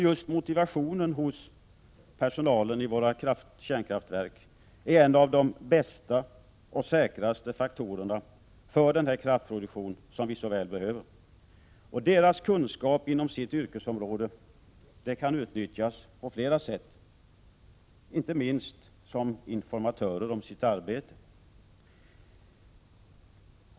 Just motivationen hos personalen vid våra kärnkraftverk är en av de bästa och säkraste faktorerna när det gäller produktionen av den elkraft som vi så väl behöver. De anställdas kunskaper inom sina resp. yrkesområden kan utnyttjas på flera sätt — inte minst när det gäller information om det egna arbetet.